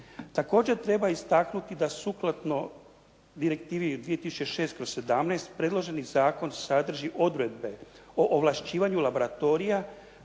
Također treba istaknuti da sukladno Direktivi 2006/17 predloženi zakon sadrži odredbe o ovlašćivanju laboratorija